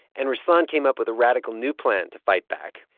and ruslan came up with a radical new plan to fight back.